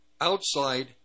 outside